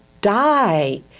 die